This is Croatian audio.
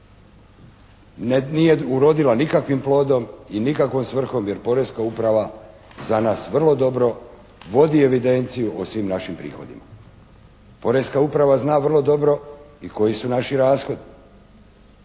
nije urodilo nikakvim plodom i nikakvom svrhom jer porezna uprava za nas vrlo dobro vodi evidenciju o svim našim prihodima. Porezna uprava zna vrlo dobro i koji su naši rashodi.